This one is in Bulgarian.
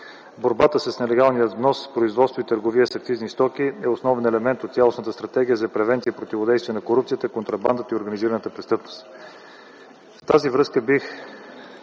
Борбата с нелегалния внос, производство и търговия с акцизни стоки е основен елемент от цялостната стратегия за превенция и противодействие на корупцията, контрабандата и организираната престъпност. В тази връзка бяха